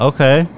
Okay